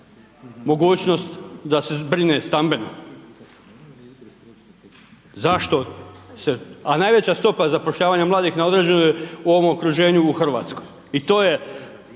mogućnost da se zbrine stambeno, zašto, a najveća stopa zapošljavanja mladih na određeno je u ovom okruženju u Hrvatskoj. I to je